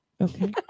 Okay